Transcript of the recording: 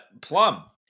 plum